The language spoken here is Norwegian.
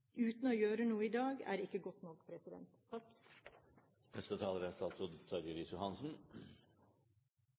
uten å gjøre noe i dag, er ikke godt nok. Det er